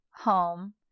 home